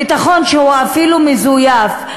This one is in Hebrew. ביטחון שהוא אפילו מזויף,